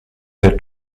der